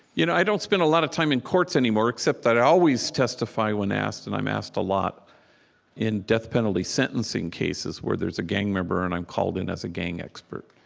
you know i don't spend a lot of time in courts anymore, except that i always testify when asked, and i'm asked a lot in death penalty sentencing cases where there's a gang member. and i'm called in as a gang expert,